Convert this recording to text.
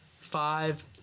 five